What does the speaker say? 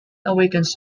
awakens